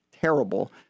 terrible